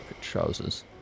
trousers